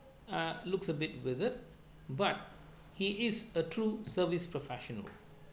uh looks a bit withered but he is a true service professional